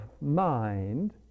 mind